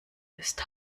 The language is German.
ist